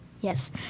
yes